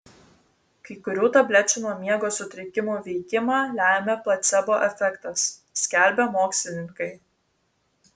kai kurių tablečių nuo miego sutrikimų veikimą lemią placebo efektas skelbia mokslininkai